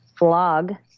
vlog